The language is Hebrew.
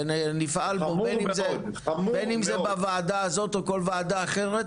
ונפעל בו בין אם זה בוועדה הזאת או בכל ועדה אחרת,